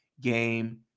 Game